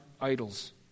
idols